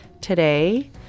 today